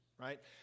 right